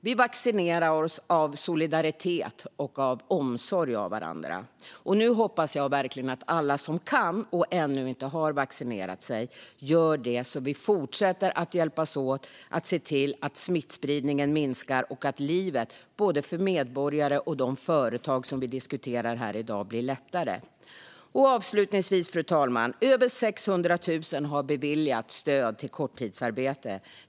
Vi vaccinerar oss av solidaritet med och av omsorg om varandra. Nu hoppas jag verkligen att alla som kan och som ännu inte har vaccinerat sig gör det så att vi fortsätter att hjälpas åt att se till att smittspridningen minskar och att livet för både medborgare och företag, som vi diskuterar här i dag, blir lättare. Avslutningsvis, fru talman: Över 600 000 stöd till korttidsarbete har beviljats.